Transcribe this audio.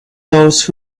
those